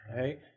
Right